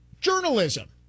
journalism